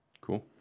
Cool